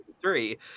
three